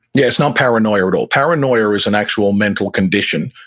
yeah, it's not paranoia at all. paranoia is an actual mental condition,